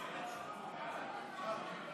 נתקבלה.